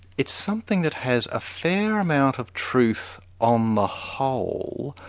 it's something that has a fair amount of truth on the whole,